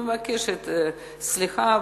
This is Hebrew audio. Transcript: אני מבקשת סליחה,